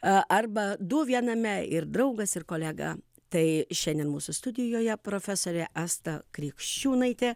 arba du viename ir draugas ir kolega tai šiandien mūsų studijoje profesorė asta krikščiūnaitė